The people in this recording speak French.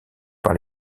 par